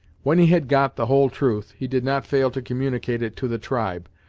when he had got the whole truth, he did not fail to communicate it to the tribe,